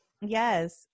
Yes